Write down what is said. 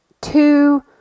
two